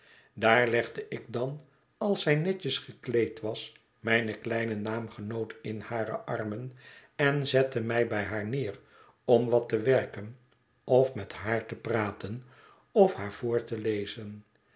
daar legde ik clan als zij netjes gekleed was mijne kleine naamgenoot in hare armen en zette mij bij haar neer om wat te werken of met haar te praten of haar voor te lezen